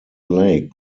lake